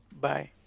Bye